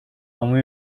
ama